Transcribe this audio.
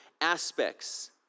aspects